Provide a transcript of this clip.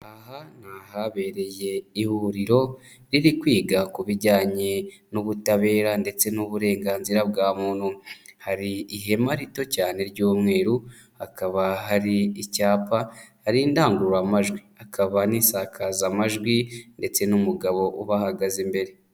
Aha ni ahabereye ihuriro riri kwiga ku bijyanye n'ubutabera ndetse n'uburenganzira bwa muntu, hari ihema rito cyane ry'umweru, hakaba hari icyapa, hari indangururamajwi akaba n'isakazamajwi, ndetse n'umugabo ubahagaze imbere.